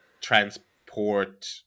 transport